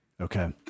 Okay